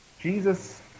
Jesus